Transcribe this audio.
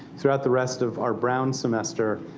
throughout the rest of our brown semester.